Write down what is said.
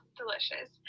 delicious